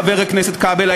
חבר הכנסת כבל,